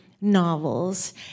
novels